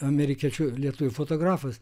amerikiečių lietuvių fotografas